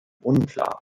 unklar